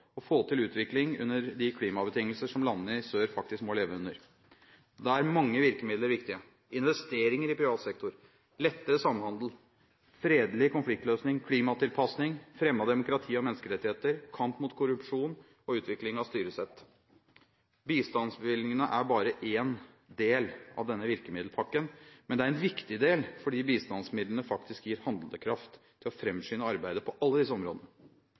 å få til utvikling under de klimabetingelser som landene i sør faktisk må leve under. Da er mange virkemidler viktige: investeringer i privat sektor, lettere samhandel, fredelig konfliktløsning, klimatilpasning, fremme av demokrati og menneskerettigheter, kamp mot korrupsjon og utvikling av styresett. Bistandsbevilgningene er bare en del av denne virkemiddelpakken, men det er en viktig del, fordi bistandsmidlene faktisk gir handlekraft til å framskynde arbeidet på alle disse områdene.